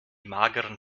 mageren